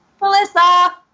Melissa